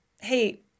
hey